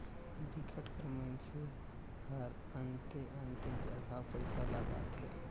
बिकट कर मइनसे हरअन्ते अन्ते जगहा पइसा लगाथे